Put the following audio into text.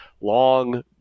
long